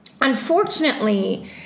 Unfortunately